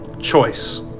choice